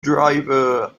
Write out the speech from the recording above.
driver